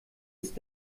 ist